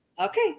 Okay